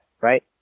right